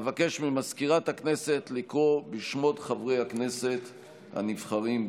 אבקש ממזכירת הכנסת לקרוא בשמות חברי הכנסת הנבחרים,